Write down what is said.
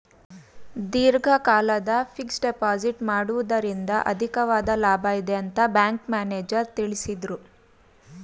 ದೀರ್ಘಕಾಲದ fixed deposit ಮಾಡುವುದರಿಂದ ಅಧಿಕವಾದ ಲಾಭ ಇದೆ ಅಂತ ಬ್ಯಾಂಕ್ ಮ್ಯಾನೇಜರ್ ತಿಳಿಸಿದರು